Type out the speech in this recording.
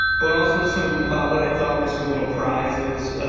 but also some what i thought were some little prizes,